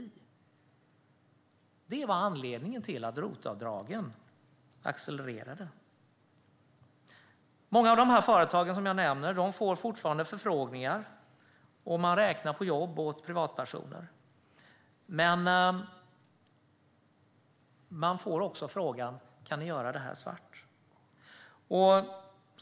Det var anledningen till att ROT-avdragen accelererade. Många av de företag som jag nämner får fortfarande förfrågningar, och man räknar på jobb åt privatpersoner. Men man får också frågan: Kan ni göra det här svart?